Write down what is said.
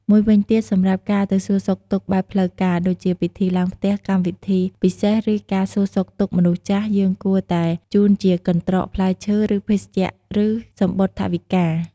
មួយវិញទៀត សម្រាប់ការទៅសួរសុខទុក្ខបែបផ្លូវការ ដូចជា ពិធីឡើងផ្ទះ កម្មវិធីពិសេស ឬ ការសួរសុខទុក្ខមនុស្សចាស់ យើងគួរតែ ជូនជាកន្ត្រកផ្លែឈើ ឬ ភេសជ្ជៈ ឬ សំបុត្រថវិកា។